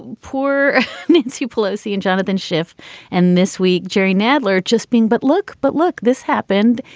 poor nancy pelosi and jonathan schiff and this week, jerry nadler just being. but look. but look, this happened.